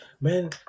man